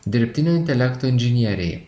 dirbtinio intelekto inžinieriai